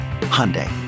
Hyundai